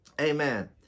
Amen